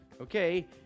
Okay